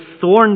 thorn